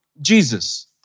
Jesus